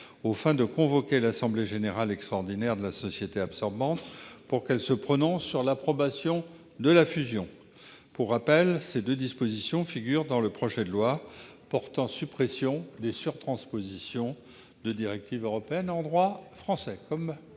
aux fins de convoquer l'assemblée générale extraordinaire de la société absorbante pour qu'elle se prononce sur l'approbation de la fusion. Pour rappel, ces deux dispositions, comme celle de l'amendement précédent, figurent dans le projet de loi portant suppression de sur-transpositions de directives européennes en droit français.